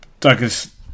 Douglas